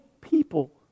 people